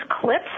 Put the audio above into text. clips